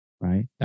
right